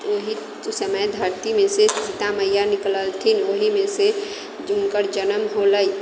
ओहि समय धरतीमे से सीता मइया निकललथिन ओहिमे से हुनकर जनम होलै